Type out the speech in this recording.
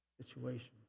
situation